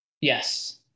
Yes